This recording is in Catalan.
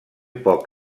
poc